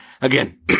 again